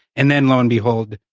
and then, lo and behold,